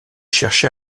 cherché